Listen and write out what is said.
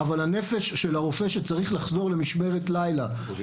אבל הנזק של הרופא שצריך לחזור למשמרת לילה או